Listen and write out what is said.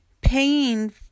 paying